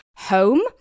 home